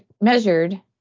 measured